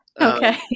Okay